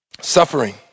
suffering